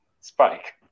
spike